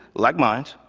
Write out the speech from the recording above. like mine,